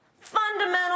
Fundamental